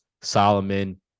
Solomon